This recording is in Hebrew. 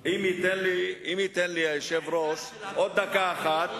אם ייתן לי היושב-ראש עוד דקה אחת,